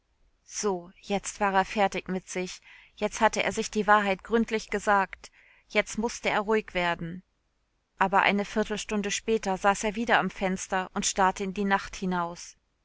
so jetzt war er fertig mit sich jetzt hatte er sich die wahrheit gründlich gesagt jetzt mußte er ruhig werden aber eine viertelstunde später saß er wieder am fenster und starrte in die nacht hinaus